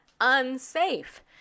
unsafe